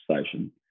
station